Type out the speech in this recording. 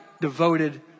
devoted